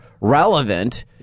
relevant